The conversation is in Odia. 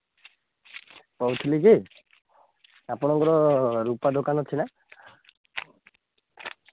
କହୁଥିଲି କି ଆପଣଙ୍କର ରୂପା ଦୋକାନ ଅଛି ନା